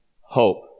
hope